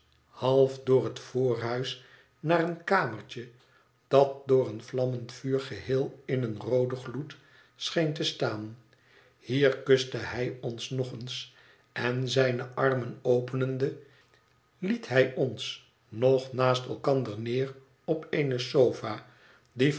half door het voorhuis naar een kamertje dat door een vlammend vuur geheel in een rooden gloed scheen te staan hier kuste hij ons nog eens en zijne armen openende liet hij ons nog naast elkander neer op eene sofa die